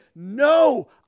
No